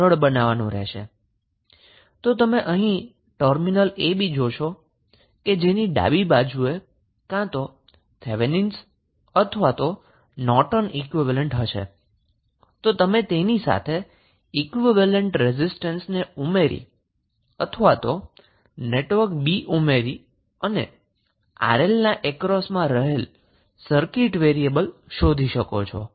તો તમે અહીં ટર્મિનલ AB જોશો કે જેની ડાબી બાજુએ કાં તો થેવેનીન અથવા નોર્ટન ઈક્વીવેલેન્ટ હશે તો તમે તેની સાથે રેઝિસ્ટન્સ અથવા તો નેટવર્ક B ના ઈક્વીવેલેન્ટને ઉમેરીને સોલ્વ કરી શકો છો અને 𝑅𝐿 ના અક્રોસમાં રહેલ સર્કિટ વેરીએબલ ને શોધી શકો છો